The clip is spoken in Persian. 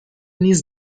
نیز